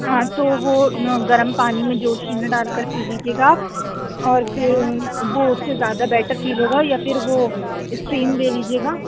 ہاں تو وہ گرم پانی میں جوشینا ڈال کر پی لیجیے گا آپ اور پھر وہ اس سے زیادہ بیٹر فیل ہوگا یا پھر وہ اسٹیم لے لیجیے گا